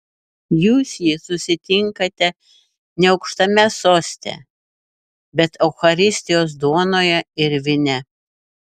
jūs jį susitinkate ne aukštame soste bet eucharistijos duonoje ir vyne